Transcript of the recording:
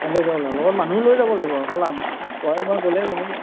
অঁ লৈ যাব ল লগত মানুহ লৈ যাব লাগিব অকল তই মই গ'লেই নহ'ব